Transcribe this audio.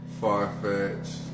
far-fetched